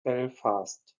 belfast